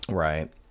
Right